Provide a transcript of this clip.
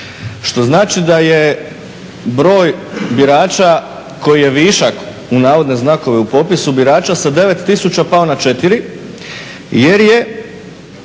što znači da je broj birača koji je višak, u navodne znakove, u popisu birača sa 9 tisuća pao na 4 jer je